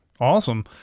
Awesome